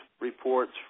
reports